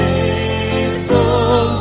Faithful